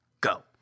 Go